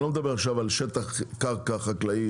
אני לא מדבר על שטח קרקע חקלאי,